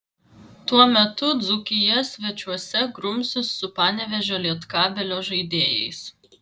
tuo metu dzūkija svečiuose grumsis su panevėžio lietkabelio žaidėjais